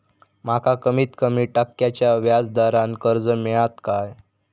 माका कमीत कमी टक्क्याच्या व्याज दरान कर्ज मेलात काय?